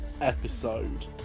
episode